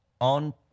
on